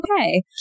okay